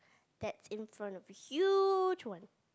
that's in front of a huge one